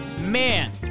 Man